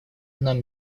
нам